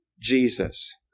Jesus